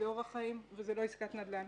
זה אורח חיים וזה לא עסקת נדל"ן.